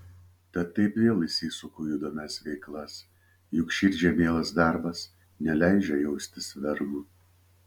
tad taip vėl įsisuku į įdomias veiklas juk širdžiai mielas darbas neleidžia jaustis vergu